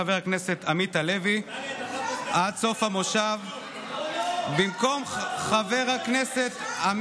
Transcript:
של חבר הכנסת עמית הלוי וקבוצת חברי הכנסת.